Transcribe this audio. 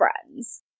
friends